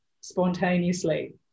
spontaneously